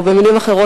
במלים אחרות,